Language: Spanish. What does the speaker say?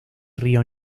río